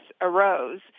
arose